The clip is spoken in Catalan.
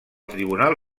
tribunal